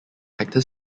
actor